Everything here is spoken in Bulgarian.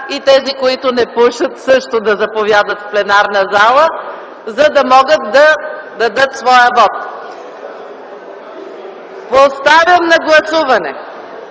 Тези, които не пушат също да заповядат в пленарната зала, за да могат да дадат своя вот. Поставям на първо гласуване